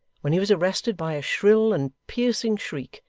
when he was arrested by a shrill and piercing shriek,